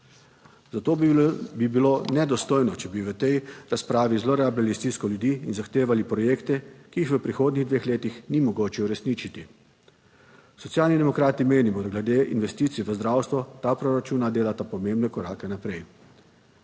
zato bi bilo nedostojno, če bi v tej razpravi zlorabljali stisko ljudi in zahtevali projekte, ki jih v prihodnjih dveh letih ni mogoče uresničiti. Socialni demokrati menimo, da glede investicij v zdravstvo ta proračuna delata pomembne korake naprej.